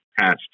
past